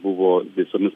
buvo visomis